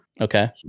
okay